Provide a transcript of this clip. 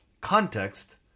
Context